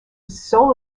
soul